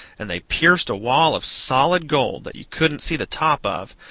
and they pierced a wall of solid gold that you couldn't see the top of,